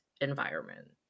environment